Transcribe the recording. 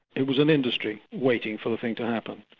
it was an industry waiting for the thing to happen.